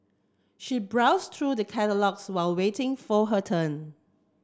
she browsed through the catalogues while waiting for her turn